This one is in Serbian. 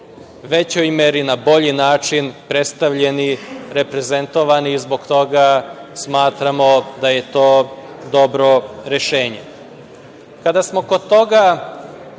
većoj meri na bolji način predstavljeni, reprezentovani i zbog toga smatramo da je to dobro rešenje. Kada smo kod toga,